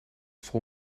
vol